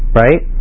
right